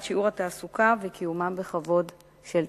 שיעור התעסוקה וקיומם בכבוד של תושביה.